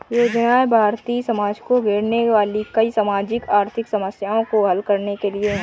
योजनाएं भारतीय समाज को घेरने वाली कई सामाजिक आर्थिक समस्याओं को हल करने के लिए है